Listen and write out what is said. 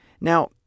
now